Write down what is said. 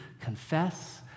confess